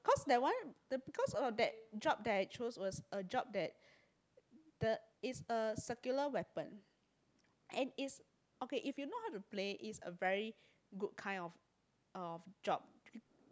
cause that one the because of that job that I chose was a job that the it's a circular weapon and it's okay if you know how to play it's a very good kind of of job